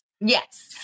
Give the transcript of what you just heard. Yes